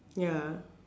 ya